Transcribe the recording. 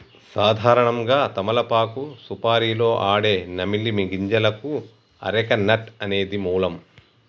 సాధారణంగా తమలపాకు సుపారీలో ఆడే నమిలే గింజలకు అరెక నట్ అనేది మూలం